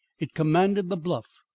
it commanded the bluff,